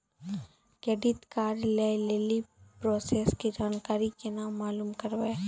Credit card लय लेली process के जानकारी केना मालूम करबै?